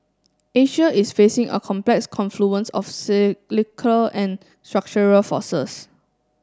Asia is facing a complex confluence of cyclical and structural forces